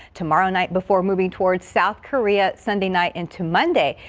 tomorrow night before moving toward south korea sunday night into monday.